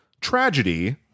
tragedy